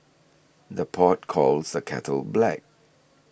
the pot calls the kettle black